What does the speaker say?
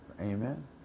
amen